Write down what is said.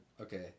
Okay